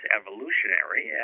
evolutionary